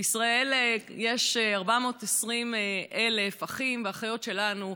בישראל יש 420,000 אחים ואחיות שלנו.